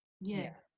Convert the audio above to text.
yes